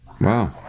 Wow